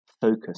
focus